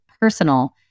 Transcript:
personal